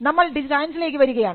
നമ്മൾ ഡിസൈൻസ് ലേക്ക് വരികയാണ്